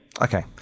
Okay